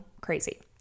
crazy